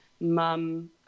Mum